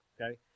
okay